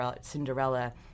Cinderella